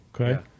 Okay